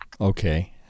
Okay